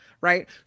right